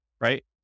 right